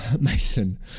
Mason